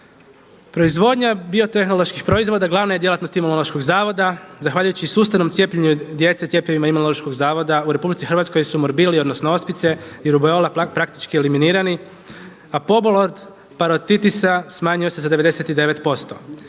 Proizvodnja biotehnoloških proizvoda glavna je djelatnost Imunološkog zavoda. Zahvaljujući sustavnom cijepljenju djece cjepivom Imunološkog zavoda u RH su morbili, odnosno ospice i rubeola praktički eliminirani, a …/Govornik se ne razumije./… parotitisa smanjio se za 99%.